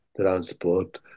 Transport